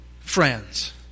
friends